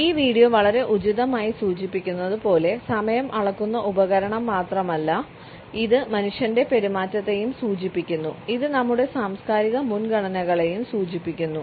ഈ വീഡിയോ വളരെ ഉചിതമായി സൂചിപ്പിക്കുന്നത് പോലെ സമയം അളക്കുന്ന ഉപകരണം മാത്രമല്ല ഇത് മനുഷ്യന്റെ പെരുമാറ്റത്തെയും സൂചിപ്പിക്കുന്നു ഇത് നമ്മുടെ സാംസ്കാരിക മുൻഗണനകളെയും സൂചിപ്പിക്കുന്നു